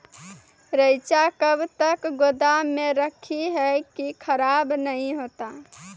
रईचा कब तक गोदाम मे रखी है की खराब नहीं होता?